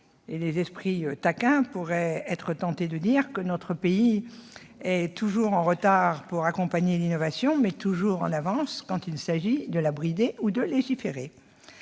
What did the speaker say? Les esprits taquins pourraient être tentés de dire que notre pays est toujours en retard quand il s'agit d'accompagner l'innovation, mais toujours en avance quand il s'agit de la brider ou de légiférer